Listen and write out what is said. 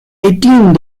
eighteen